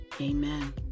Amen